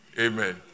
Amen